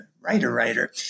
writer-writer